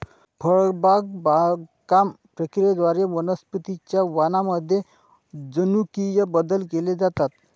फळबाग बागकाम प्रक्रियेद्वारे वनस्पतीं च्या वाणांमध्ये जनुकीय बदल केले जातात